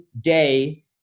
day